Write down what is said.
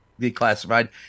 declassified